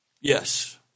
Yes